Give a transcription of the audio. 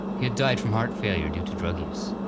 he had died from heart failure due to drug use.